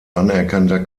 anerkannter